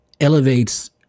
elevates